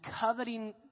coveting